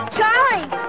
Charlie